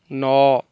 ନଅ